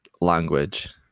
language